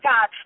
God